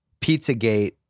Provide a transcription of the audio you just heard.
Pizzagate